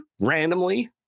randomly